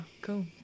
cool